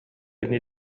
ини